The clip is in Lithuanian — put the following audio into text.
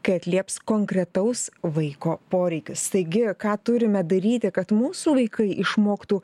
kai atlieps konkretaus vaiko poreikius taigi ką turime daryti kad mūsų vaikai išmoktų